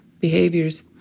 behaviors